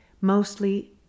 Mostly